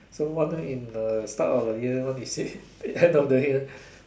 so one in the start of the year they said end of the year